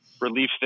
relief